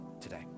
today